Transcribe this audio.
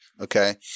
Okay